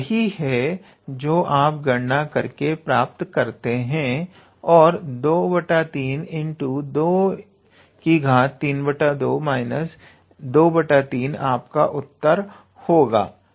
तो यही है जो आप गणना करके प्राप्त करते हैं और23232 23 आपका उत्तर होगा